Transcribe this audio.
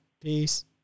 peace